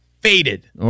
faded